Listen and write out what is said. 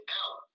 out